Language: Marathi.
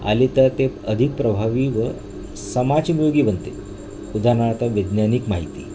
आली तर ते अधिक प्रभावी व समाजयोगी बनते उदाहरणार्थ वैज्ञानिक माहिती